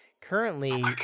Currently